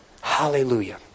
Hallelujah